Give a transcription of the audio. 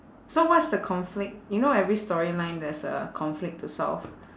so what's the conflict you know every storyline there's a conflict to solve